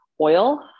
oil